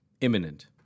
Imminent